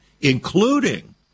including